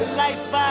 life